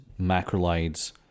macrolides